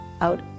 out